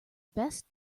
best